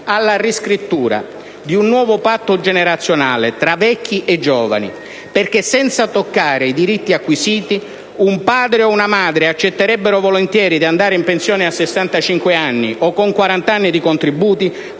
alla riscrittura di un nuovo patto generazionale tra vecchi e giovani perché, senza toccare i diritti acquisiti, un padre e una madre accetterebbero volentieri di andare in pensione a 65 anni o con quarant'anni di contributi